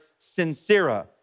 sincera